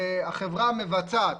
החברה המבצעת,